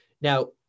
Now